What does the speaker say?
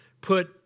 put